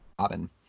robin